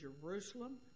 Jerusalem